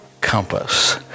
compass